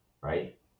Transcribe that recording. right